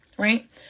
Right